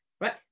Right